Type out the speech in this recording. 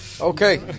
Okay